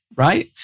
right